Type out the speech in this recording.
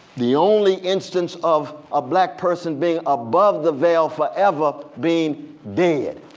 the only instance of a black person being above the veil forever being dead.